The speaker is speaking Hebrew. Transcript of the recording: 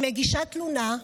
היא מגישה תלונה,